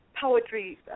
poetry